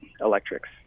electrics